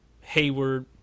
Hayward